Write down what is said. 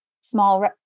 small